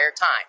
time